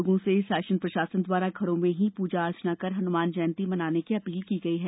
लोगों से शासन प्रशासन द्वारा घरों में ही पूजा अर्चना कर हनुमान जयंती मनाने की अपील की गई है